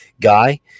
guy